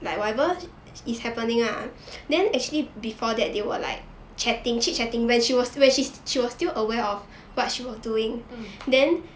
mm